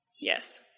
yes